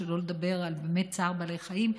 שלא לדבר על צער בעלי חיים.